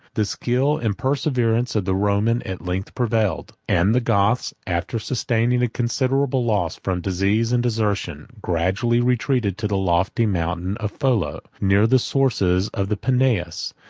the skill and perseverance of the roman at length prevailed and the goths, after sustaining a considerable loss from disease and desertion, gradually retreated to the lofty mountain of pholoe, near the sources of the peneus,